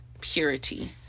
purity